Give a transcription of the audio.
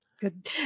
good